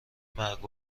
مرگ